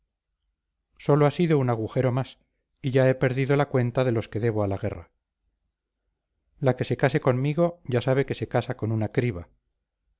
sólo ha sido un agujero más y ya he perdido la cuenta de los que debo a la guerra la que se case conmigo ya sabe que se casa con una criba